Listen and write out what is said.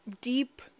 deep